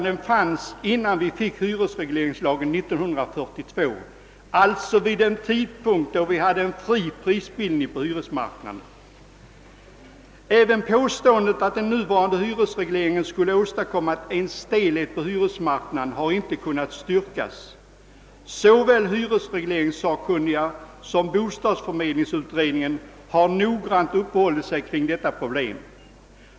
Den fanns innan hyresregleringslagen infördes år 1942, alltså vid en tidpunkt då det rådde en fri prisbildning på hyresmarknaden. Inte heller påståendet att den nuvarande hyresregleringen skulle åstadkomma en stelhet på hyresmarknaden har kunnat styrkas. Såväl hyresregleringssakkunniga som <bostadsförmedlingsutredningen har noggrant studerat detta problem.